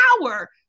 power